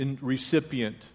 recipient